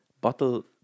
bottle